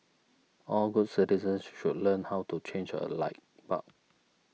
all good citizens should learn how to change a light bulb